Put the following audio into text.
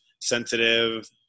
sensitive